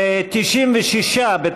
96 בעד,